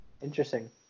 Interesting